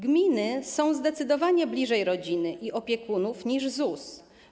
Gminy są zdecydowanie bliżej rodziny i opiekunów niż ZUS.